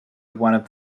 one